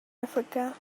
africa